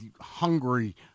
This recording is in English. hungry